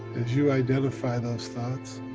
as you identify those thoughts,